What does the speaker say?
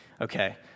Okay